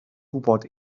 gwybod